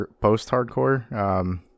post-hardcore